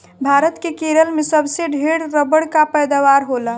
भारत के केरल में सबसे ढेर रबड़ कअ पैदावार होला